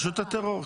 הבהרה.